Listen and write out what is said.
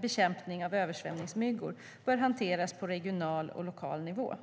bekämpning av översvämningsmyggor bör hanteras på regional och lokal nivå.